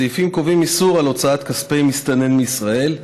הסעיפים קובעים איסור של הוצאת כספי מסתנן מישראל,